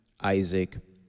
Isaac